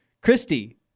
Christy